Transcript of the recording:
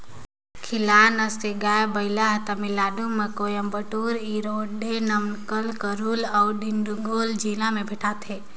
खिल्लार नसल के गाय, बइला हर तमिलनाडु में कोयम्बटूर, इरोडे, नमक्कल, करूल अउ डिंडिगल जिला में भेंटाथे